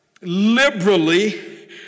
liberally